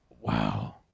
Wow